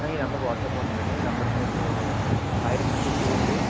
ఈ నెంబర్కి వాట్సాప్ ఉంది మేడం ఈ నెంబర్కి మీరు హాయ్ అని మెసేజ్ చెయ్యండి